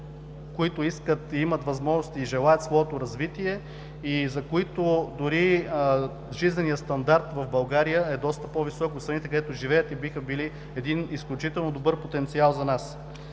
които искат, имат възможности и желаят своето развитие, за които дори жизненият стандарт в България е доста по-висок от страните, където живеят, и биха били изключително добър потенциал за нас.